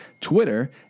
Twitter